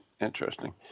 interesting